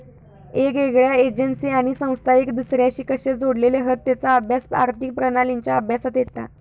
येगयेगळ्या एजेंसी आणि संस्था एक दुसर्याशी कशे जोडलेले हत तेचा अभ्यास आर्थिक प्रणालींच्या अभ्यासात येता